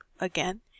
again